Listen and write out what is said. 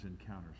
encounters